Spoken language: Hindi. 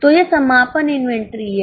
तो यह समापन इन्वेंटरी है